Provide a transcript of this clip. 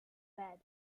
bed